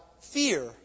fear